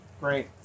Great